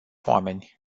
oameni